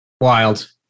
wild